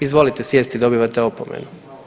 Izvolite sjesti, dobivate opomenu.